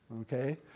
Okay